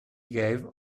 gave